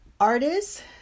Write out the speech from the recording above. artists